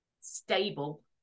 stable